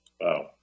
Wow